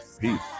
peace